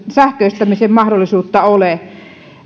sähköistämisen mahdollisuutta ole